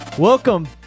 Welcome